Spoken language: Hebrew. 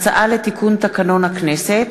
הצעה לתיקון תקנון הכנסת,